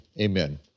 amen